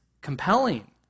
compelling